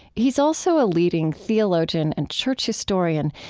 he's also a leading theologian and church historian,